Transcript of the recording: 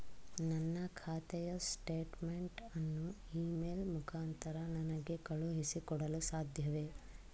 ನನ್ನ ಖಾತೆಯ ಸ್ಟೇಟ್ಮೆಂಟ್ ಅನ್ನು ಇ ಮೇಲ್ ಮುಖಾಂತರ ನನಗೆ ಕಳುಹಿಸಿ ಕೊಡಲು ಸಾಧ್ಯವೇ?